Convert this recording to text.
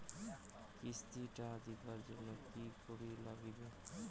কিস্তি টা দিবার জন্যে কি করির লাগিবে?